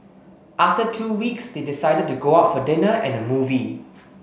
after two weeks they decided to go out for dinner and a movie